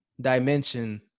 dimension